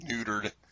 neutered